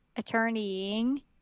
attorneying